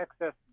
excess